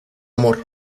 amor